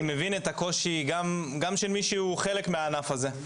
אני מבין את הקושי גם של מי שהוא חלק מהענף הזה,